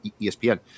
ESPN –